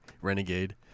Renegade